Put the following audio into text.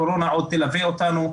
הקורונה עוד תלווה אותנו,